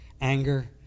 anger